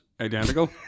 Identical